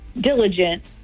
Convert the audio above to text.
diligent